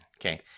Okay